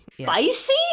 Spicy